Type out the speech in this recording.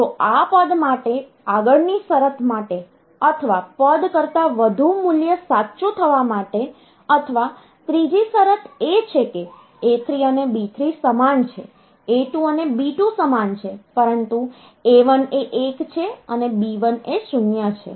તો આ પદ માટે આગળની શરત માટે અથવા પદ કરતાં વધુ મૂલ્ય સાચું થવા માટે અથવા ત્રીજી શરત એ છે કે A3 અને B3 સમાન છે A2 અને B2 સમાન છે પરંતુ A1 એ 1 છે અને B1 એ 0 છે